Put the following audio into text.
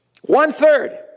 One-third